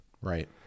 Right